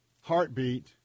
Heartbeat